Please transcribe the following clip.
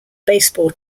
baseball